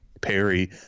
Perry